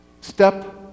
step